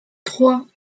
trois